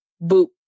boot